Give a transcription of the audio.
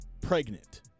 pregnant